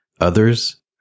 Others